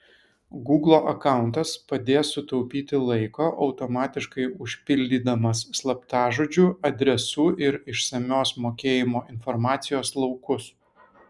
gūglo akauntas padės sutaupyti laiko automatiškai užpildydamas slaptažodžių adresų ir išsamios mokėjimo informacijos laukus